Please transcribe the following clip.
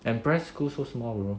and pres school so small you know